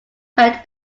spend